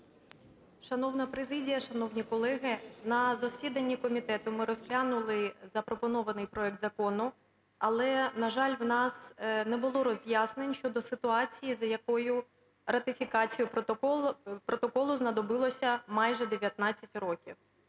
Шановна президія, шановні колеги, на засіданні комітету ми розглянули запропонований проект закону. Але, на жаль, в нас не було роз'яснень щодо ситуації, за якою на ратифікацію протоколу знадобилося майже 19 років.